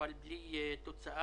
אבל בלי תוצאה.